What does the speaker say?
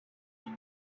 âges